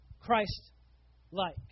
Christ-like